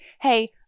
Hey